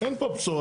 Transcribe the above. אין פה בשורה